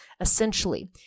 Essentially